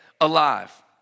alive